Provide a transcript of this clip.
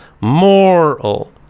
Moral